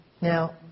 Now